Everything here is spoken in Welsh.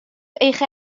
eich